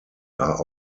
are